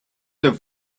have